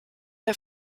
der